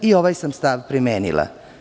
I ovaj sam stav primenila.